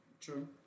True